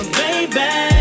baby